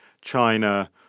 China